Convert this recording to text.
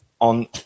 on